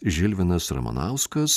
žilvinas ramanauskas